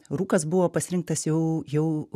rūkas buvo pasirinktas jau jau